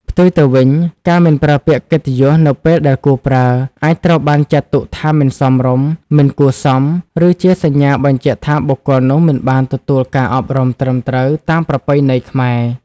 ផ្ទុយទៅវិញ ការមិនប្រើពាក្យកិត្តិយស នៅពេលដែលគួរប្រើ អាចត្រូវបានចាត់ទុកថាមិនសមរម្យ មិនគួរសម ឬជាសញ្ញាបញ្ជាក់ថាបុគ្គលនោះមិនបានទទួលការអប់រំត្រឹមត្រូវតាមប្រពៃណីខ្មែរ។